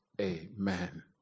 Amen